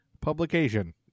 publication